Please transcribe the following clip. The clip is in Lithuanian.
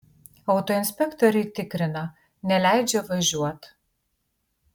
autoinspektoriai tikrina neleidžia važiuot